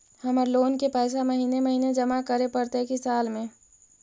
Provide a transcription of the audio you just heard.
हमर लोन के पैसा महिने महिने जमा करे पड़तै कि साल में?